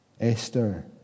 Esther